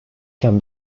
can